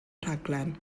rhaglen